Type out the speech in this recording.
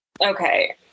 Okay